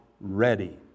ready